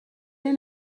این